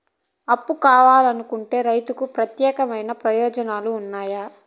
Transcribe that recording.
అప్పు కావాలనుకునే రైతులకు ప్రత్యేక ప్రయోజనాలు ఉన్నాయా?